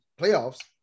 playoffs